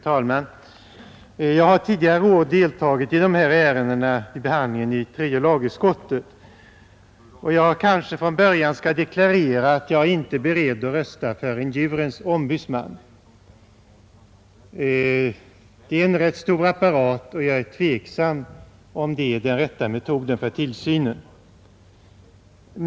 Fru talman! Jag har tidigare år deltagit i behandlingen av dessa ärenden i tredje lagutskottet. Jag kanske från början skall deklarera att jag inte är beredd att rösta för en djurens ombudsman. Det blir en rätt stor apparat, och jag är tveksam om det är den rätta metoden för tillsyn.